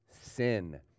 sin